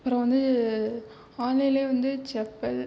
அப்புறம் வந்து ஆன்லைன்லேயே வந்து செப்பல்